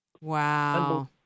Wow